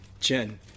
Jen